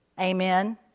Amen